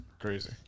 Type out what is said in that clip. Crazy